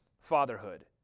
fatherhood